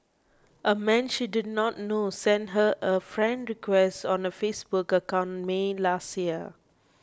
a man she did not know sent her a friend request on her Facebook account May last year